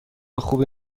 خوبی